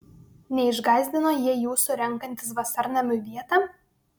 neišgąsdino jie jūsų renkantis vasarnamiui vietą